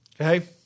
Okay